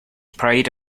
pride